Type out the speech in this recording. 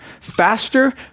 faster